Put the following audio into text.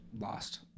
Lost